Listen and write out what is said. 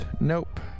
Nope